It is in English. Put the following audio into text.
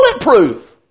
bulletproof